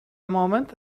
moment